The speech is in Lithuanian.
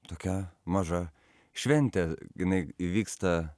tokia maža šventė jinai įvyksta